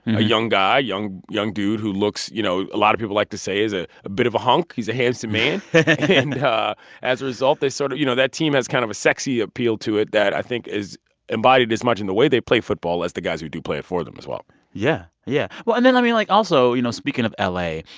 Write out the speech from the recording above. a young guy young young dude who looks you know, a lot of people like to say is a a bit of a hunk. he's a handsome man and as a result, they sort of you know, that team has kind of a sexy appeal to it that i think is embodied as much in the way they play football as the guys who do play it for them as well yeah, yeah. well, and then, i mean, like, also, you know, speaking of la,